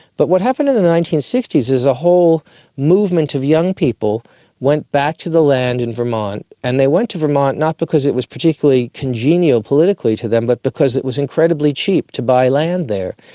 but what happened in the nineteen sixty s is a whole movement of young people went back to the land in vermont and they went to vermont not because it was particularly congenial politically to them but because it was incredibly cheap to buy land there.